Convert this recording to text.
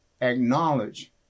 acknowledge